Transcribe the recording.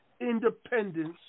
independence